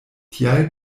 tial